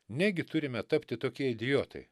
negi turime tapti tokie idiotai